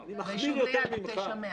אני מחמיר יותר ממך.